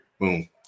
Boom